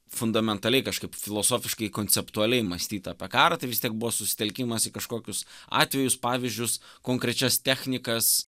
fundamentaliai kažkaip filosofiškai konceptualiai mąstyt apie karą tai vis tiek buvo susitelkimas į kažkokius atvejus pavyzdžius konkrečias technikas